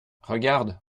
regarde